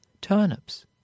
turnips